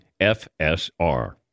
FSR